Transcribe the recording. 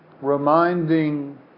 Reminding